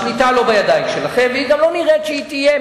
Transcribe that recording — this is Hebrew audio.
השליטה לא בידיים שלכם וגם לא נראה שהיא תהיה,